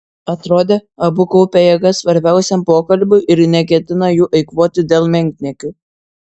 atrodė abu kaupia jėgas svarbiausiam pokalbiui ir neketina jų eikvoti dėl menkniekių